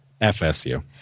FSU